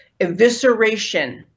evisceration